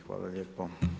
Hvala lijepo.